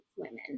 women